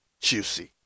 Juicy